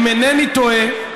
אם אינני טועה,